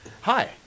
hi